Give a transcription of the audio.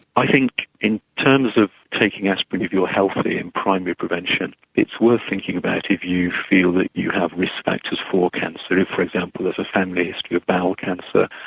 i think in terms of taking aspirin if you're healthy in primary prevention it's worth thinking about if you feel that you have risk factors for cancer. if for example there's a family history of bowel cancer,